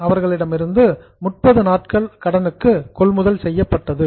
Laxman அவர்களிடமிருந்து 30 நாட்கள் கடனுக்கு கொள்முதல் செய்யப்பட்டது